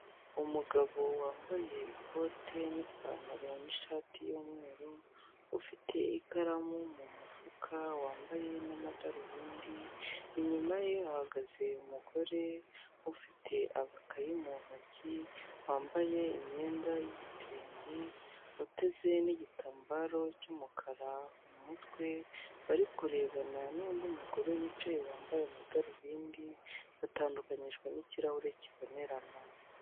Umugabo wambaye ikote n'ipantaro nishati y'umweru ufite ikaramu mu mufuka wambaye n'amadarubindi inyuma ye hahagaze umugore ufite agakayi mu ntoki wambaye imyenda yigitenge uteze n'igitambaro cy'umukara mumutwe ,bari kurebana nundi mugore wicaye wambaye amadarubindi batandukanijwe n'ikirahure kibonerana .